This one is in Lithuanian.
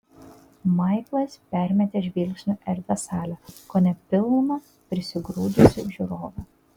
maiklas permetė žvilgsniu erdvią salę kone pilną prisigrūdusią žiūrovų